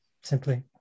simply